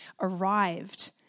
arrived